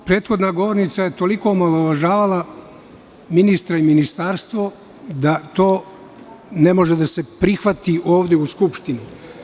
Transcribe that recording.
Prethodna govornica je toliko omalovažavala ministra i ministarstvo da to ne može da se prihvati ovde u Skupštini.